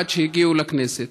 עד שהגיעו לכנסת.